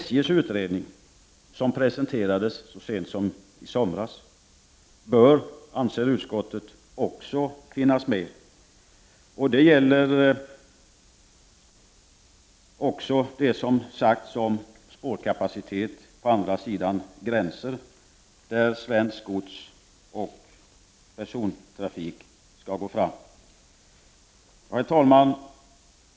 SJ:s utredning, som presenterades så sent som i somras, bör också vara med vid bedömningen, anser utskottet. Det gäller även det som har sagts om spårkapaciteten på andra sidan gränsen där svenskt gods och persontrafik skall gå fram. Herr talman!